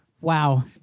wow